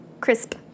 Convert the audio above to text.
crisp